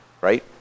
right